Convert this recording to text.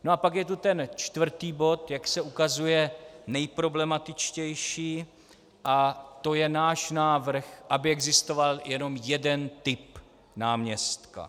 A pak je tu ten čtvrtý bod, jak se ukazuje, nejproblematičtějí, a to je návrh, aby existoval jenom jeden typ náměstka.